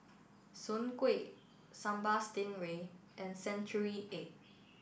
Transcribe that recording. Soon Kuih Sambal Stingray and Century Egg